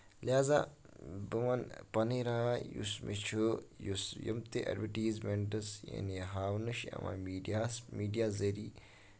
لِہٰزا بہٕ وَنہٕ پَنٕنۍ راے یُس مےٚ چھُ یُس یِم تہِ ایڈوَٹیٖزمینٹٔس یعنی ہاونہٕ چھِ یِوان میٖڈیاہَس میٖڈیا ذریعہِ